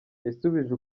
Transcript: yasubije